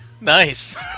Nice